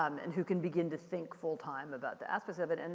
um and who can begin to think full time about the aspects of it. and